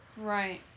Right